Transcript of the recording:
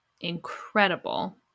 incredible